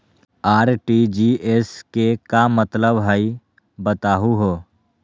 RTGS के का मतलब हई, बताहु हो?